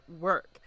work